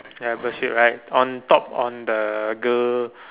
ya bird shit right on top on that girl